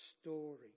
story